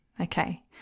Okay